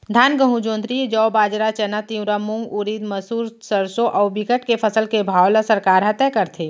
धान, गहूँ, जोंधरी, जौ, बाजरा, चना, तिंवरा, मूंग, उरिद, मसूर, सरसो अउ बिकट के फसल के भाव ल सरकार ह तय करथे